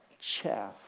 chaff